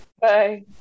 Bye